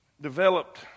developed